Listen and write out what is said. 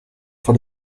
for